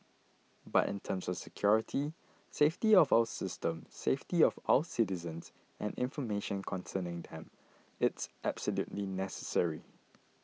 but in terms of security safety of our system safety of our citizens and information concerning them it's absolutely necessary